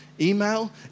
email